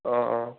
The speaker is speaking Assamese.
অঁ অঁ